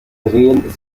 drehen